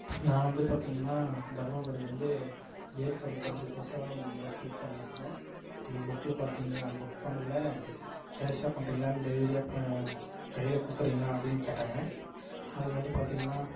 நான் வந்து பார்த்தீங்கள்னா தர்மபுரிலேருந்து ஏற்காடு போகிறதுக்கோசரம் பஸ் புக் பண்ணியிருந்தேன் அந்த புக்கில் பார்த்தீங்கள்னா புக் பண்ணதில் கேஷாக பண்ணுறிங்களா இல்லை டெலிவரியாக கையில் கொடுத்தடுறீங்களா அப்படின்னு கேட்டாங்க அதுக்கு வந்து பார்த்தீங்கள்னா